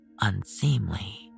unseemly